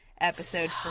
episode